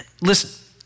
Listen